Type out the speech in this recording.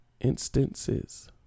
Instances